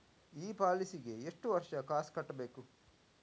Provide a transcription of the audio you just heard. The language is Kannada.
ಈ ಪಾಲಿಸಿಗೆ ಎಷ್ಟು ವರ್ಷ ಕಾಸ್ ಕಟ್ಟಬೇಕು?